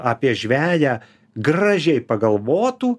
apie žveją gražiai pagalvotų